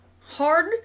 hard